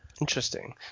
Interesting